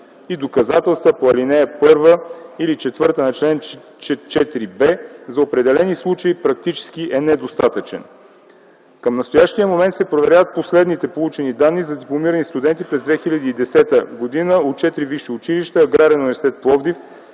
и доказателства по ал. 1 или ал. 4 на чл. 4б, за определени случаи практически е недостатъчен. Към настоящия момент се проверяват последните получени данни за дипломирани студенти през 2010 г. от четири висши училища – „Аграрен университет – Пловдив”,